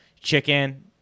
chicken